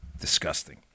Disgusting